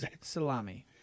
salami